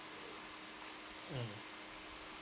mm